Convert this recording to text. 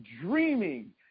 dreaming